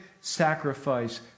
sacrifice